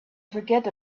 forget